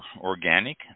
organic